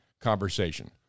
conversation